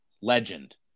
Legend